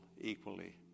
equally